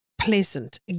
pleasant